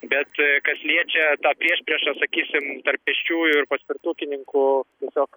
bet kas liečia tą priešpriešą sakysim tarp pėsčiųjų ir paspirtukininkų tiesiog